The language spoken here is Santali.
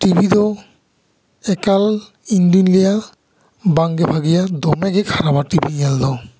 ᱴᱤᱵᱷᱤ ᱫᱚ ᱮᱠᱟᱞ ᱤᱧ ᱫᱩᱧ ᱞᱟᱹᱭᱟ ᱵᱟᱝᱜᱮ ᱵᱷᱟᱜᱤᱭᱟ ᱫᱚᱢᱮ ᱜᱮ ᱠᱷᱟᱨᱟᱯᱟ ᱴᱤᱵᱷᱤ ᱧᱮᱞ ᱫᱚ